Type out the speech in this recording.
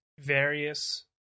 various